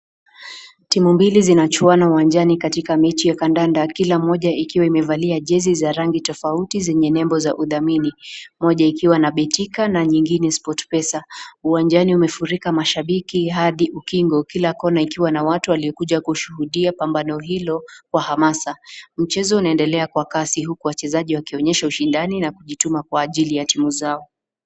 Timu mbili zinachuana kiwanjani katika mechi ya kandanda , kila moja likiwa limevalia jezi za rangi tofauti zenye nembo za udhamini. Kila moja Betika na nyingine SportPesa. Uwanjani umefurika mashabiki hadi ukingo kila kona kukuwa na watu waliokuja kushuhudia pambano hilo kwa hamasa. Mchezo unaendelea kwa Kasi huku wachezaji wakionyesha kujituma kwa ajili ya timu zao.